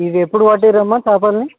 ఇవి ఎప్పుడు పట్టిర్రు అమ్మ చేపల్ని